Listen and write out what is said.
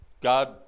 God